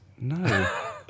No